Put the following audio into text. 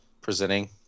presenting